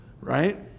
right